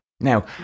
now